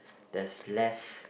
there's less